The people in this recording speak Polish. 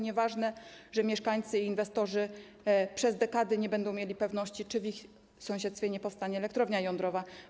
Nieważne, że mieszkańcy i inwestorzy przez dekady nie będą mieli pewności, czy w ich sąsiedztwie nie powstanie elektrownia jądrowa.